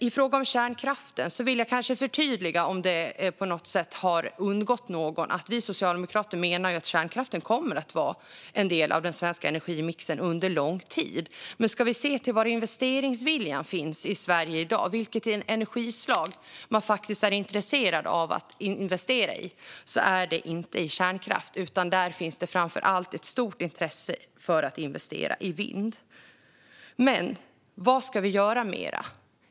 I fråga om kärnkraften vill jag kanske förtydliga, om det på något sätt har undgått någon, att vi socialdemokrater menar att kärnkraften kommer att vara en del av den svenska energimixen under lång tid. Men om vi ser till var investeringsviljan finns i Sverige i dag, vilka energislag man faktiskt är intresserad av att investera i, kan vi konstatera att det inte är i kärnkraft. Framför allt finns det ett stort intresse för att investera i vind. Vad ska vi göra mer?